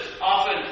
often